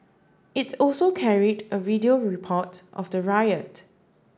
it also carried a video report of the riot